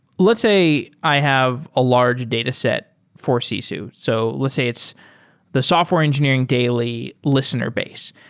let's say i have a large dataset for sisu. so let's say it's the software engineering daily listener base.